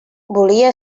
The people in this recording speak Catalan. volia